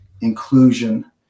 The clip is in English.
inclusion